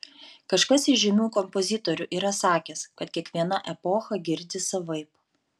kažkas iš žymių kompozitorių yra sakęs kad kiekviena epocha girdi savaip